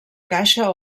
caixa